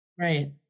Right